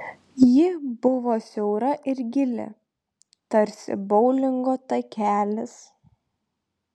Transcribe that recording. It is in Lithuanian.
ji buvo siaura ir gili tarsi boulingo takelis